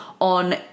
on